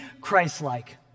Christ-like